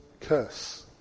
Curse